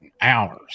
hours